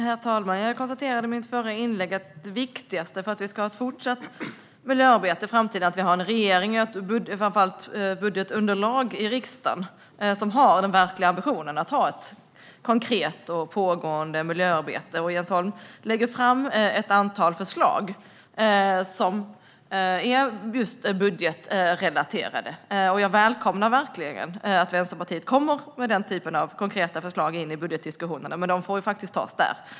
Herr talman! Jag konstaterade i mitt förra inlägg att det viktigaste för att vi ska ha ett fortsatt miljöarbete är att vi framför allt har ett budgetunderlag i riksdagen med den verkliga ambitionen att vi ska ha ett konkret och pågående miljöarbete, och Jens Holm har ett antal förslag som är just budgetrelaterade. Jag välkomnar verkligen att Vänsterpartiet kommer med den typen av konkreta förslag i budgetdiskussionerna, men de får faktiskt tas där.